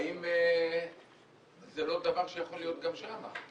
האם זה לא דבר שיכול להיות גם שם?